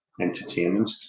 entertainment